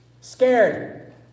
Scared